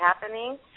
happening